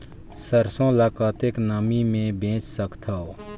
सरसो ल कतेक नमी मे बेच सकथव?